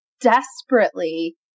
desperately